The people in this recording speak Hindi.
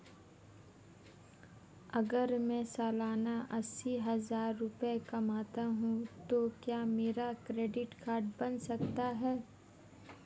अगर मैं सालाना अस्सी हज़ार रुपये कमाता हूं तो क्या मेरा क्रेडिट कार्ड बन सकता है?